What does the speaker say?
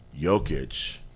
Jokic